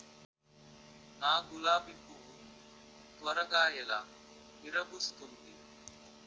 నా గులాబి పువ్వు ను త్వరగా ఎలా విరభుస్తుంది?